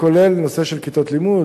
זה כולל נושא של כיתות לימוד,